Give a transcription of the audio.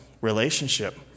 relationship